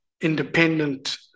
independent